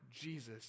Jesus